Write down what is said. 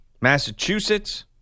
Massachusetts